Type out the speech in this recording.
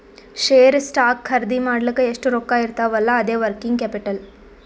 share, stock ಖರ್ದಿ ಮಾಡ್ಲಕ್ ಎಷ್ಟ ರೊಕ್ಕಾ ಇರ್ತಾವ್ ಅಲ್ಲಾ ಅದೇ ವರ್ಕಿಂಗ್ ಕ್ಯಾಪಿಟಲ್